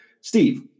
Steve